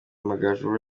amagaju